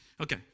Okay